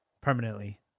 permanently